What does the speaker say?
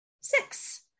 six